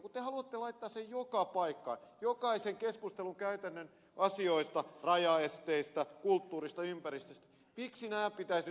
te haluatte laittaa sen joka paikkaan jokaiseen keskusteluun käytännön asioista rajaesteistä kulttuurista ja ympäristöstä